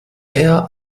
eher